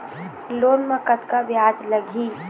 Loan म कतका ब्याज लगही?